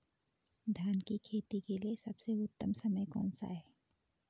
धान की खेती के लिए सबसे उत्तम समय कौनसा है?